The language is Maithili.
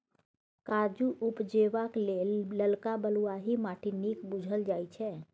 काजु उपजेबाक लेल ललका बलुआही माटि नीक बुझल जाइ छै